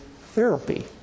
therapy